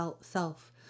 self